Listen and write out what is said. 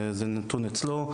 זה נתון אצלו.